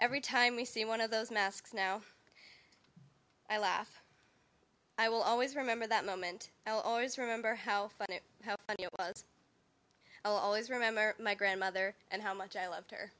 every time we see one of those masks now i laugh i will always remember that moment i'll always remember how but it helped i'll always remember my grandmother and how much i loved her